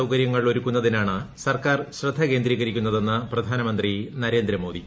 സൌകരൃങ്ങൾ ഒരുക്കുന്നതിനാണ് സർക്കാർ ശ്രദ്ധ കേന്ദ്രീകരിക്കുന്നതെന്ന് പ്രധാനമന്ത്രി നരേന്ദ്ര മോദി